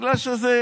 בגלל שזה